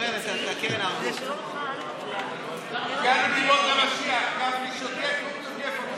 הגענו לימות המשיח, גפני שותק והוא תוקף אותך.